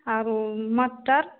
आओर मटर